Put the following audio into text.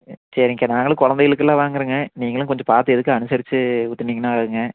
சரிங்க்கா நாங்களும் குழந்தைகளுக்கு எல்லாம் வாங்குறேங்க நீங்களும் கொஞ்சம் பார்த்து ஏதுக்கும் அனுசரிச்சு ஊத்துனிங்கன்னா ஆகும்ங்க